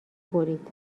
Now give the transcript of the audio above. برید